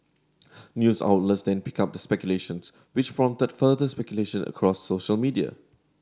news outlets then picked up the speculations which prompted further speculation across social media